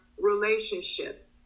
relationship